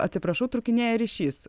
atsiprašau trūkinėja ryšys